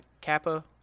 kappa